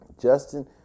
Justin